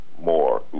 more